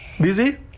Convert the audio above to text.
Busy